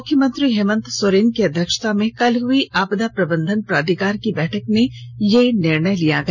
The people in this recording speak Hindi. मुख्यमंत्री हेमन्त सोरेन की अध्यक्षता में कल हुई आपदा प्रबंधन प्राधिकार की बैठक में यह निर्णय लिया गया